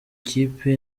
kipe